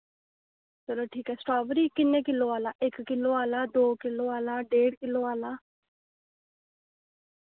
चलो ठीक ऐ स्टाबरी किन्ने किल्लो आह्ला इक किल्लो आह्ला दो किल्लो आह्ला डेढ किल्लो आह्ला